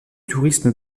tourisme